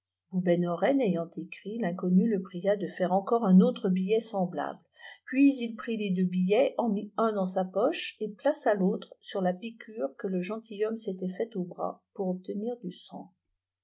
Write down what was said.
ayant écrit l'inconnu le pria de faire encore un autre billet semblable puis il prit les deux billets en mit uft dans sa poche et plaça lautre sur la piqûre que le gentilhomme s'était faite au bras pour obtenir du sang